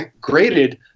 graded